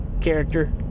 character